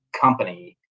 company